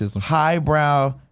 highbrow